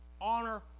honor